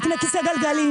יקנה כיסא גלגלים.